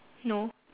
no